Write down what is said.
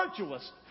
Virtuous